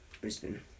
Brisbane